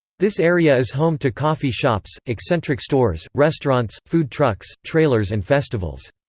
this area is home to coffee shops, eccentric stores, restaurants, food trucks, trailers and festivals.